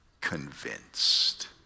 convinced